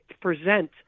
present